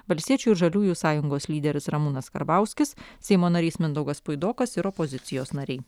valstiečių ir žaliųjų sąjungos lyderis ramūnas karbauskis seimo narys mindaugas puidokas ir opozicijos nariai